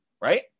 right